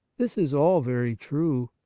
this is all very true.